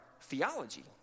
theology